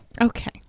Okay